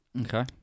Okay